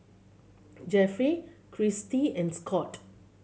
Jeffery Kristie and Scot